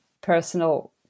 personal